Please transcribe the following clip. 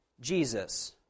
Jesus